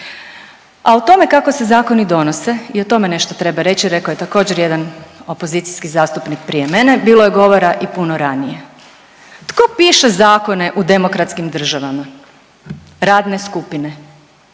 A o tome kako se zakoni donose, i o tome nešto treba reći i rekao je također, jedan opozicijski zastupnik prije mene, bilo je govora i puno ranije. Tko piše zakone u demokratskim državama? Radne skupine.